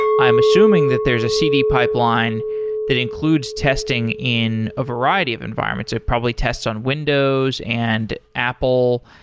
i am assuming that there is a cv pipeline that includes testing in a variety of environments. i'd probably tests on windows, and apple,